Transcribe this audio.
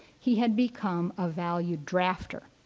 he had become a valued drafter.